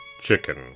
chicken